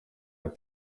ati